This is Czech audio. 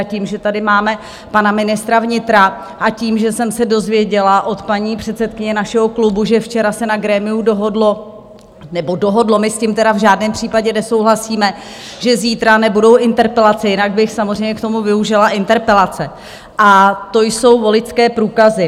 A tím, že tady máme pana ministra vnitra a tím, že jsem se dozvěděla od paní předsedkyně našeho klubu, že včera se na grémiu dohodlo nebo dohodlo, my s tím tedy v žádném případě nesouhlasíme že zítra nebudou interpelace, jinak bych samozřejmě k tomu využila interpelace, a to jsou voličské průkazy.